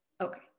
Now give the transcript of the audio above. Okay